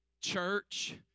Church